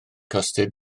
costau